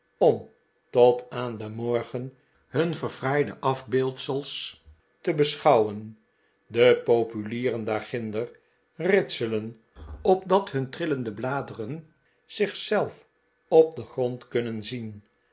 om tot aan den morgen hun verfraaide afbeeldsels te beschouwen de populieren daarginder ritselen opdat hun trillende bladeren zich zelf op den grond kunnen zien